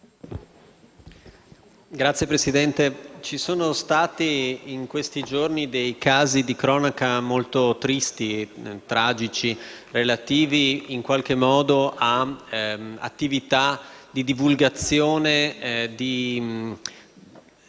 Signor Presidente, ci sono stati in questi giorni dei casi di cronaca molto tristi, tragici, relativi in qualche modo ad attività di divulgazione